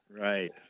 Right